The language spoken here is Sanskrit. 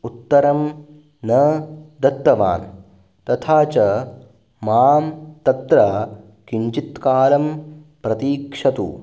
उत्तरं न दत्तवान् तथा च मां तत्र किञ्चित्कालं प्रतीक्षतु